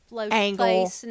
angle